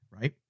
Right